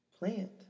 Plant